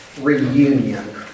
Reunion